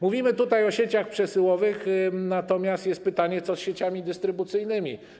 Mówimy tutaj o sieciach przesyłowych, natomiast jest pytanie, co z sieciami dystrybucyjnymi.